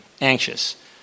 anxious